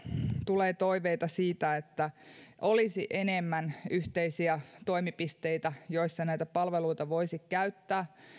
tulee toiveita siitä että olisi enemmän yhteisiä toimipisteitä joissa näitä palveluita voisi käyttää